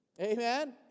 Amen